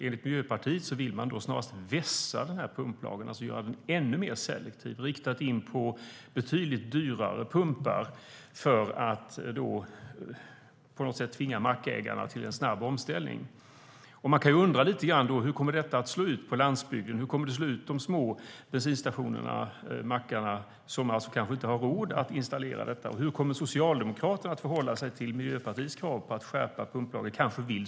Enligt Miljöpartiet vill de vässa pumplagen, det vill säga göra den ännu mer selektiv och inriktad på betydligt dyrare pumpar för att tvinga mackägarna till en snabb omställning. Man kan undra hur detta kommer att slå mot landsbygden och de små bensinstationerna och mackarna, som kanske inte har råd att installera detta. Hur kommer Socialdemokraterna att förhålla sig till Miljöpartiets krav på att skärpa pumplagen?